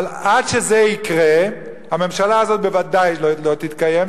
אבל עד שזה יקרה הממשלה הזו בוודאי לא תתקיים,